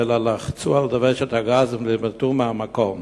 אלא לחצו על דוושת הגז ונמלטו מהמקום.